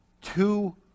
two